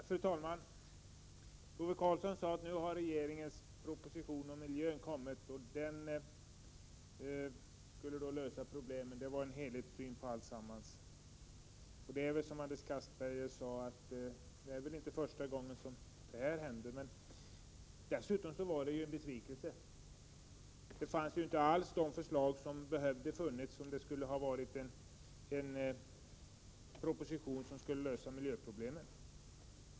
Fru talman! Ove Karlsson sade att regeringens proposition om miljön nu har kommit, att den innebär en helhetssyn på alltsammans och att den kan lösa alla problem. Det är, som Anders Castberger sade, inte den första politiska bedömningen av miljöfrågorna. Dessutom var propositionen en besvikelse. Där fanns inte alls sådana förslag som hade varit nödvändiga för att lösa miljöproblemet.